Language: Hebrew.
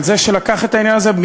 על זה שלקח את העניין הזה,